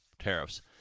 Tariffs